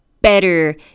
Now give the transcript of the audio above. better